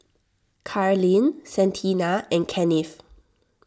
Carlene Santina and Kennith